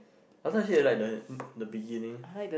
I thought she has like the the beginning